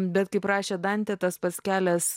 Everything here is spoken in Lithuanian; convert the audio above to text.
bet kaip rašė dantė tas pats kelias